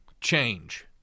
change